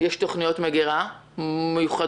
יש תוכניות מגרה מיוחדות,